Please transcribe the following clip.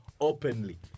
openly